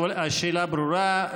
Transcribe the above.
השאלה ברורה.